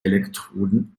elektroden